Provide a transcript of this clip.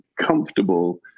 comfortable